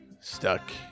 stuck